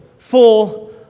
Full